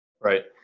Right